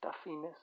stuffiness